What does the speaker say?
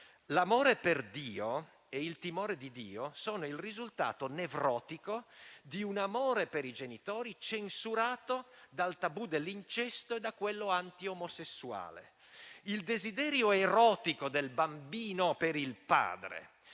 «L'amore per Dio e il timore di Dio sono il risultato nevrotico di un amore per i genitori censurato dal tabù dell'incesto e da quello anti-omosessuale. Il desiderio erotico del bambino per il padre,